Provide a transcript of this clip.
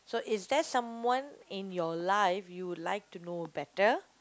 so is there someone in your life you would like to know better